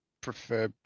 prefer